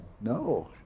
No